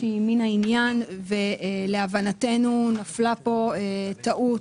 שהיא מן העניין ולהבנתנו נפלה פה טעות